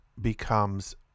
becomes